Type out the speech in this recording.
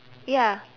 ya